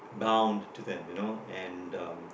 bound to them you know and um